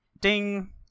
Ding